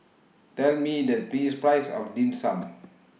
Tell Me The P Price of Dim Sum